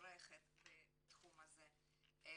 מבורכת בתחום הזה.